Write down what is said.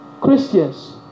Christians